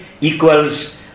equals